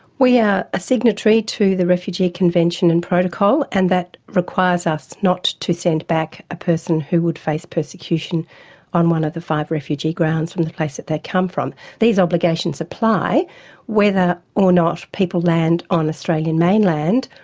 we are yeah a signatory to the refugee convention and protocol and that requires us not to send back a person who would face persecution on one of the five refugee grounds in the place that they come from. these obligations apply whether or not people land on australian mainland,